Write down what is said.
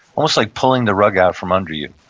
almost like pulling the rug out from under you.